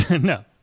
No